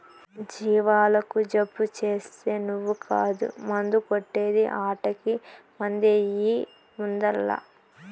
జీవాలకు జబ్బు చేస్తే నువ్వు కాదు మందు కొట్టే ది ఆటకి మందెయ్యి ముందల్ల